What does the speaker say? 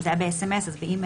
אם זה היה ב-סמס, אז באימייל.